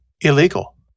illegal